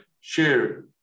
share